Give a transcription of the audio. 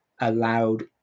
allowed